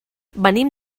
venim